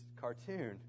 cartoon